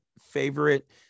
favorite